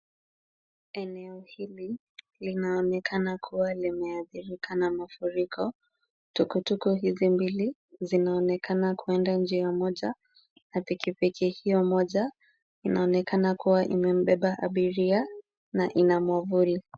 Eneo hili, linaonekana kuwa limeathirika na mafuriko. Tukutuku hizi mbili zinaonekana kwenda njia moja na pikipiki hiyo moja inaonekana kuwa imembeba abiria na ina mwavuli.